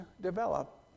develop